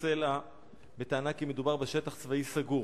סלע בטענה כי מדובר בשטח צבאי סגור.